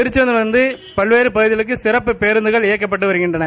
திருச்செந்தரிலிருந்து பல்வேறு பகுதிகளுக்கு சிறப்பு பேருந்துகள் இயக்கப்பட்டு வருகின்றன